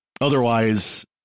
Otherwise